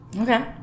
Okay